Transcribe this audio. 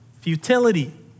futility